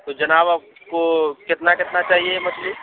تو جناب آپ کو کتنا کتنا چاہیے مچھلی